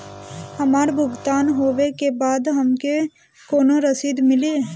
हमार भुगतान होबे के बाद हमके कौनो रसीद मिली?